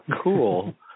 cool